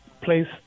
place